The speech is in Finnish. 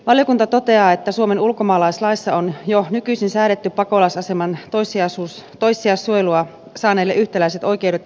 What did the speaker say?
valiokunta toteaa että suomen ulkomaalaislaissa on jo nykyisin säädetty pakolaisaseman ja toissijaissuojelua saaneille yhtäläiset oikeudet ja etuudet